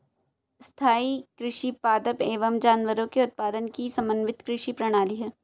स्थाईं कृषि पादप एवं जानवरों के उत्पादन की समन्वित कृषि प्रणाली है